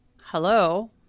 hello